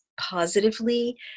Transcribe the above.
positively